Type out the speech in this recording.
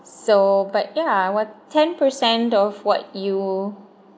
so but yeah what ten percent of what you